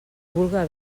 vulga